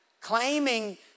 Claiming